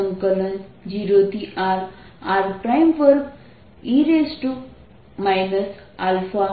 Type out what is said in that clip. તેથી આ qr4π00rr2e αrdrછે